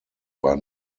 war